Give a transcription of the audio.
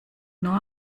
nur